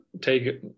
take